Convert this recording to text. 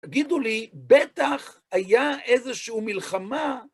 תגידו לי, בטח היה איזושהי מלחמה...